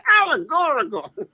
allegorical